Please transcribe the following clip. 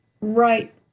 right